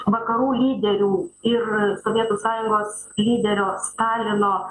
vakarų lyderių ir sovietų sąjungos lyderio stalino